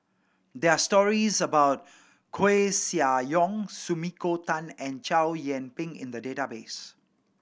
there are stories about Koeh Sia Yong Sumiko Tan and Chow Yian Ping in the database